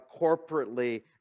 corporately